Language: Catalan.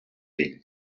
ell